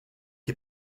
est